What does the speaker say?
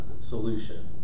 solution